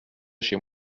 chez